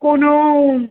কোনো